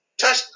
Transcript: touch